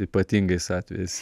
ypatingais atvejais